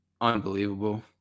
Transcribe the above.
unbelievable